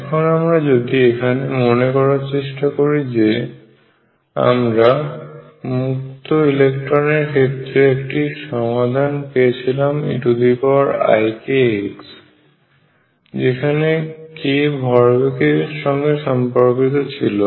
এখন আমরা যদি এখানে মনে করার চেষ্টা করি যে আমরা মুক্ত ইলেকট্রন এর ক্ষেত্রে একটি সমাধান পেয়েছিলাম eikx যেখানে k ভরবেগের সঙ্গে সম্পর্কিত ছিল